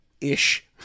ish